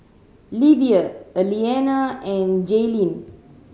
Livia Elliana and Jaelyn